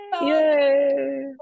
Yay